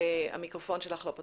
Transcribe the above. בוקר טוב